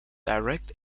direct